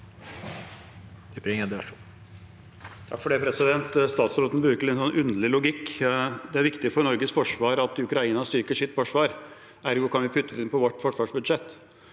(FrP) Stats- råden bruker en litt underlig logikk: Det er viktig for Norges forsvar at Ukraina styrker sitt forsvar. Ergo kan vi putte det inn på vårt forsvarsbudsjett.